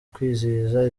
kwizihiza